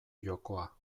jokoa